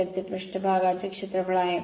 तर पृष्ठभाग क्षेत्र आहे